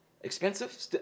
Expensive